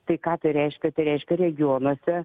tai ką tai reiškia tai reiškia regionuose